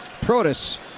protus